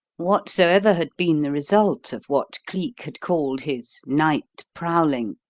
whatsoever had been the result of what cleek had called his night prowling,